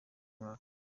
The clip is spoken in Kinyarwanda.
umwaka